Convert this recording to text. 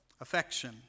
affection